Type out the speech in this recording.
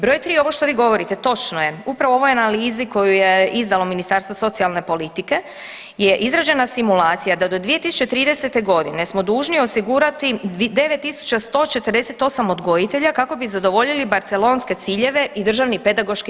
Broj tri, ovo što vi govorite točno je, upravo ovoj analizi koje je izdalo Ministarstvo socijalne politike je izrađena simulacija da do 2030.g. smo dužni osigurati 9.148 odgojitelja kako bi zadovoljili barcelonske ciljeve i DPS.